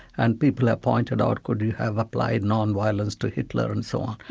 and people have pointed out could you have applied nonviolence to hitler and so on.